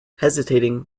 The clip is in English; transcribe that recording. hesitating